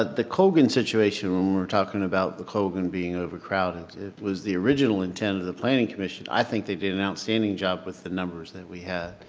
ah the colgan situation when we're talking about the colgan being overcrowded, it was the original intent of the planning commission and i think they did an outstanding job with the numbers that we had.